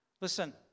Listen